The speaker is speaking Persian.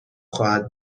خواهد